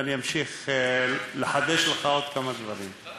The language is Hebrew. ואני אמשיך לחדש לך עוד כמה דברים.